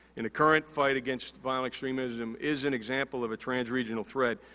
in the current fight against violent extremism is an example of a trans-regional threat,